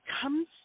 comes